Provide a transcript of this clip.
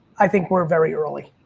i think we're very early.